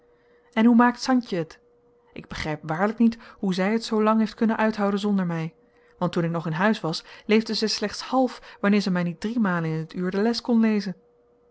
en hoe maakt santje het ik begrijp waarlijk niet hoe zij het zoolang heeft kunnen uithouden zonder mij want toen ik nog in huis was leefde zij slechts half wanneer zij mij niet driemalen in t uur de les kon lezen